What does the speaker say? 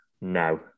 No